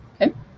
okay